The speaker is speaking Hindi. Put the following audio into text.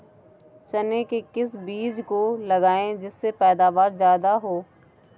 चने के किस बीज को लगाएँ जिससे पैदावार ज्यादा हो?